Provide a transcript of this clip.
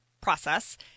process